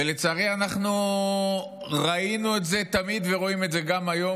ולצערי ראינו את זה תמיד ורואים את זה גם היום,